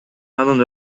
анын